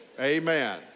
Amen